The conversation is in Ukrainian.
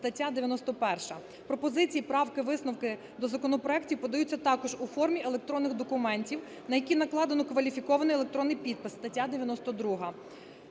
стаття 91. Пропозиції і правки, висновки до законопроектів подаються також у формі електронних документів, на які накладено кваліфікований електронний підпис, стаття 92.